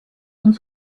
und